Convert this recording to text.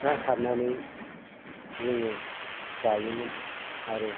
ना सारनानै जोङो जायोमोन आरो